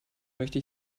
möchte